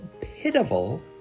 pitiful